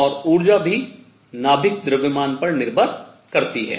और ऊर्जा भी नाभिक द्रव्यमान पर निर्भर करती है